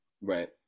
right